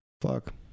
fuck